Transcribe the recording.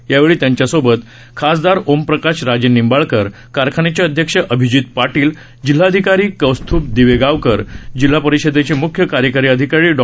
यावेळी त्यांच्यासोबत खासदार ओमप्रकाश राजेनिंबाळकर कारखान्याचे अध्यक्ष अभिजित पाटील जिल्हाधिकारी कौस्तुभ दिवेगावकर जिल्हा परिषदेचे मुख्य कार्यकारी अधिकारी डॉ